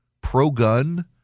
pro-gun